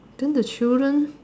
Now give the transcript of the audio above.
then the children